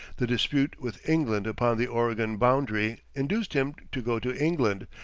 the dispute with england upon the oregon boundary induced him to go to england,